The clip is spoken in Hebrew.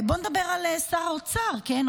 בואו נדבר על שר האוצר, כן?